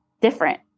different